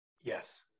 Yes